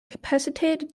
kapazität